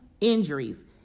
injuries